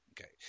okay